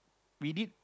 we did